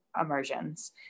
immersions